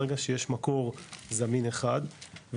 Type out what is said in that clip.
ברגע שיש מקור זמין אחד,